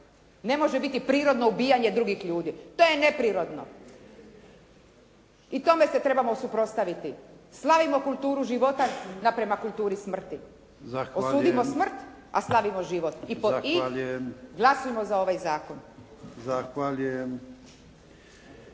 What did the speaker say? ne može biti prirodno ubijanje drugih ljudi. To je neprirodno i tome se trebamo suprotstaviti. Slavimo kulturu života na prema kulturi smrt. Osudimo smrt i slavimo život i …/Govornica se ne